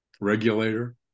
regulator